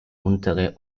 untere